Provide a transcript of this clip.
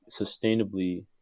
sustainably